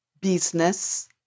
business